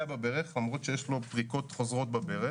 בברך למרות שיש לו פריקות חוזרות בברך